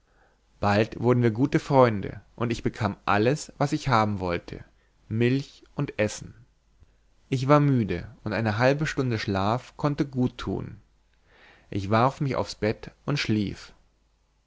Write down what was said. bald wurden wir gute freunde und ich bekam alles was ich haben wollte milch und essen ich war müde und eine halbe stunde schlaf konnte gut tun ich warf mich aufs bett und schlief